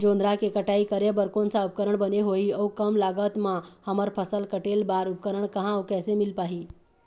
जोंधरा के कटाई करें बर कोन सा उपकरण बने होही अऊ कम लागत मा हमर फसल कटेल बार उपकरण कहा अउ कैसे मील पाही?